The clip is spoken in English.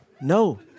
No